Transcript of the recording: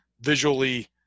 visually